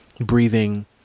breathing